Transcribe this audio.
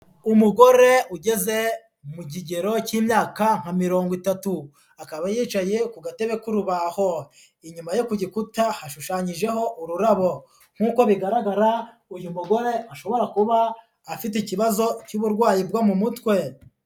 Umugore ugeze mu kigero cy'imyaka nka mirongo itatu, akaba yicaye ku gatebe kurubaho, inyuma ye ku giputa hashushanyijeho ururabo, nk'uko bigaragara uyu mugore ashobore kuba afite ikibazo cy'uburwayi bwo mu mutwe.